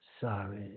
sorry